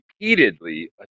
repeatedly